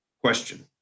question